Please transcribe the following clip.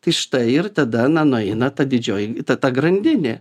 tai štai ir tada na nueina ta didžioji ta ta grandinė